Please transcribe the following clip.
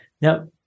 Now